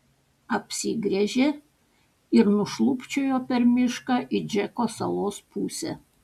apsigręžė ir nušlubčiojo per mišką į džeko salos pusę